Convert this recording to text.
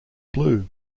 blue